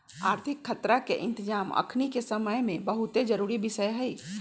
आर्थिक खतरा के इतजाम अखनीके समय में बहुते जरूरी विषय हइ